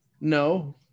No